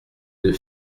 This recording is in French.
deux